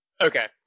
Okay